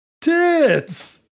tits